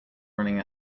running